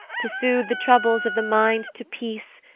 to sooth the troubles of the mind to peace,